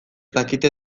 dakite